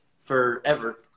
forever